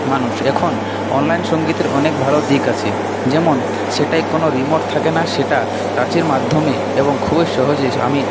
মানুষ এখন অনলাইন সঙ্গীতের অনেক ভালো দিক আছে যেমন সেটায় কোনো রিমোট থাকে না সেটা টাচের মাধ্যমে এবং খুবই সহজে আমি